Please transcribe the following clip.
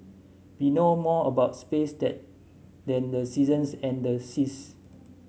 we know more about space that than the seasons and the seas